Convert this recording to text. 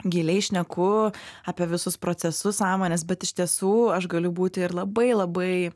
giliai šneku apie visus procesus sąmonės bet iš tiesų aš galiu būti ir labai labai